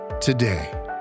today